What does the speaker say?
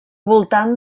voltant